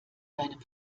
deinem